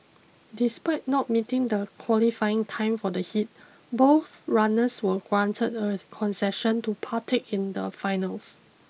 despite not meeting the qualifying time for the heat both runners were granted a concession to partake in the finals